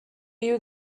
you